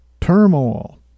turmoil